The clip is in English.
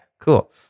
cool